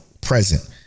present